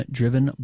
driven